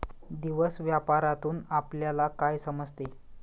दिवस व्यापारातून आपल्यला काय समजते